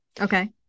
Okay